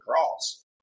cross